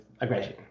aggression